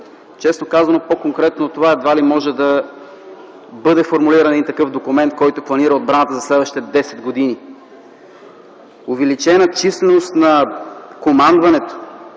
Честно казано, по-конкретно от това едва ли може да бъде формулиран един такъв документ, който планира отбраната за следващите десет години. Увеличена численост на командването.